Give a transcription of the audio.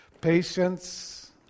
Patience